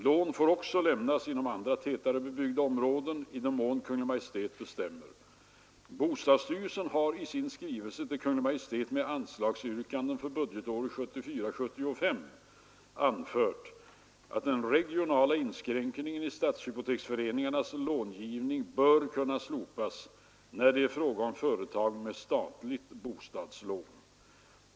Lån får också lämnas inom andra tätare bebyggda områden i den mån Kungl. Maj:t bestämmer. Bostadsstyrelsen har i sin skrivelse till Kungl. Maj:t med anslagsäskanden för budgetåret 1974/75 anfört att den regionala inskränkningen i stadshypoteksföreningarnas långivning bör kunna slopas, när det är fråga om företag med statligt bostadslån.